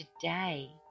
today